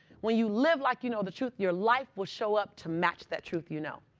when you live like you know the truth, your life will show up to match that truth you know.